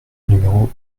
numéro